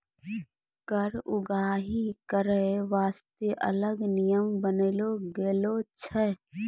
कर उगाही करै बासतें अलग नियम बनालो गेलौ छै